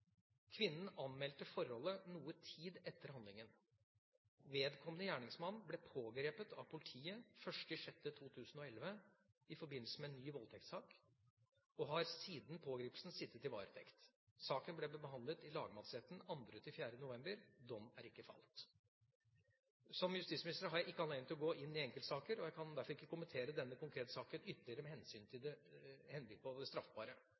Kvinnen anmeldte forholdet noe tid etter handlingen. Vedkommende gjerningsmann ble pågrepet av politiet 1. juni 2011 i forbindelse med en ny voldtektssak og har siden pågripelsen sittet i varetekt. Saken ble behandlet i lagmannsretten 2.– 4. november. Dom er ikke falt. Som justisminister har jeg ikke anledning til å gå inn i enkeltsaker, og jeg kan derfor ikke kommentere denne konkrete saken ytterligere med henblikk på det straffbare.